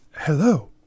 hello